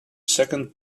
second